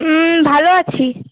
হুম ভালো আছি